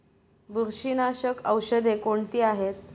बुरशीनाशक औषधे कोणती आहेत?